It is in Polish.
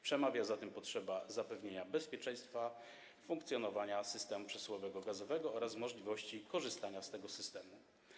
Przemawia za tym potrzeba zapewnienia bezpieczeństwa funkcjonowania systemu przesyłowego gazowego oraz możliwości korzystania z tego systemu.